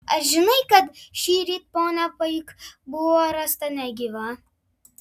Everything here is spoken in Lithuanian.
ar žinai kad šįryt ponia paik buvo rasta negyva